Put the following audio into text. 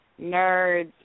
nerds